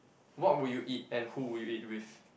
what would you eat and who will you eat with